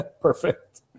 Perfect